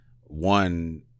one